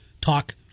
talk